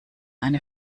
eine